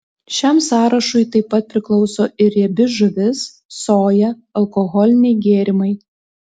šiam sąrašui taip pat priklauso ir riebi žuvis soja alkoholiniai gėrimai